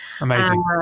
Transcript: Amazing